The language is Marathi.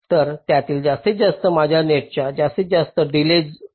तर त्यातील जास्तीत जास्त माझ्या नेटचा जास्तीत जास्त डिलेज ठरवेल